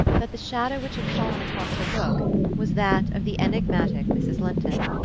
that the shadow which had fallen across her book was that of the enigmatic mrs. linton.